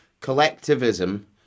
collectivism